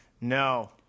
No